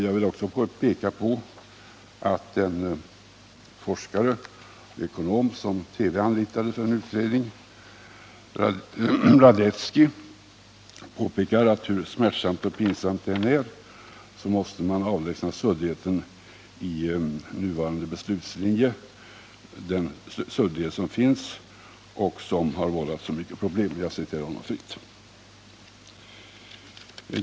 Jag vill också peka på att den forskare — ekonom — som TV anlitade för en utredning, Marian Radetzki, påpekar att hur smärtsamt och pinsamt det än är måste man avlägsna den suddighet som finns i nuvarande beslutslinje och som har vållat så många problem. Jag citerar honom fritt.